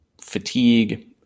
fatigue